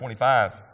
25